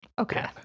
Okay